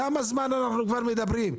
כמה זמן אנחנו כבר מדברים?